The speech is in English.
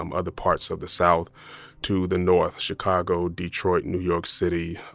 um other parts of the south to the north chicago, detroit, new york city,